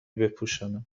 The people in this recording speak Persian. بپوشانم